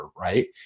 right